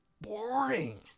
boring